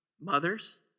mothers